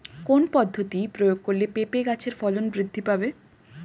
কোন পদ্ধতি প্রয়োগ করলে পেঁপে গাছের ফলন বৃদ্ধি পাবে?